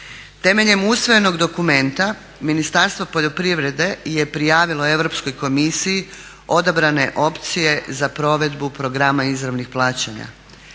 Temeljem usvojenog dokumenta Ministarstvo poljoprivrede je prijavilo Europskoj komisiji odabrane opcije za provedbu programa izravnih plaćanja.